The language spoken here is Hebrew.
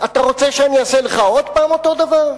אתה רוצה שאני אעשה לך עוד פעם אותו דבר?